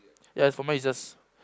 ya as for mine is just